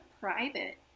private